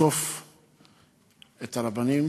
לתקוף את הרבנים